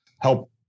help